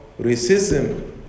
racism